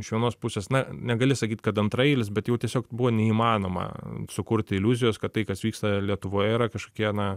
iš vienos pusės na negali sakyt kad antraeilis bet jau tiesiog buvo neįmanoma sukurti iliuzijos kad tai kas vyksta lietuvoje yra kažkokie na